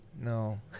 No